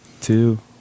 two